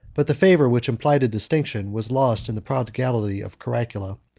but the favor which implied a distinction was lost in the prodigality of caracalla,